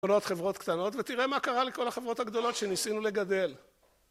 חברות קטנות ותראה מה קרה לכל החברות הגדולות שניסינו לגדל